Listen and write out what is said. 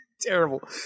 Terrible